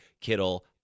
Kittle